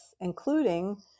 including